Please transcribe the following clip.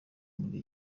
muri